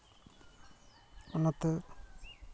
ᱚᱱᱟᱛᱮ